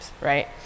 right